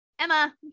Emma